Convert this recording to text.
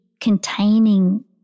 containing